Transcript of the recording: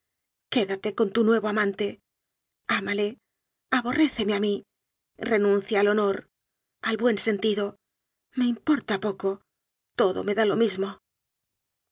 quédate con tu nuevo amante ámale abo rréceme a mí renuncia al honor al buen sentido me importa poco todo me da lo mismo